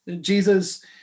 Jesus